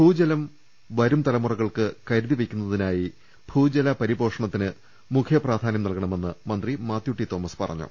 ഭൂജലം വരും തലമുറകൾക്ക് കരുതി വയ്ക്കുന്നതിനായി ഭൂജല പരിപോഷണത്തിന് മുഖ്യ പ്രാധാനൃം നൽകണമെന്ന് മന്ത്രി മാത്യു ടി തോമസ് പറഞ്ഞു